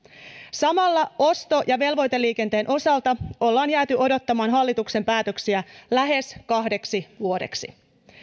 samalla osto ja velvoiteliikenteen osalta ollaan jääty odottamaan hallituksen päätöksiä lähes kahdeksi vuodeksi